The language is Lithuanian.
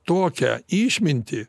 tokią išmintį